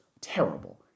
terrible